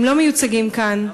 הם לא מיוצגים כאן.